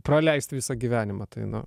praleisti visą gyvenimą tai nu